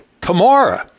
tomorrow